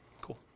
Cool